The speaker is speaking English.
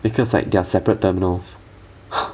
because like they are separate terminals